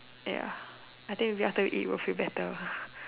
ya I think maybe after we eat we'll feel better